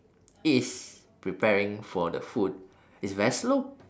is preparing for the food is very slow